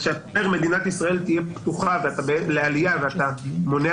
כשאתה אומר שמדינת ישראל תהיה פתוחה לעלייה ואתה מונע